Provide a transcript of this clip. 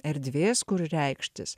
erdvės kur reikštis